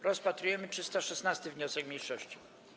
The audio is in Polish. Rozpatrujemy 316. wniosek mniejszości.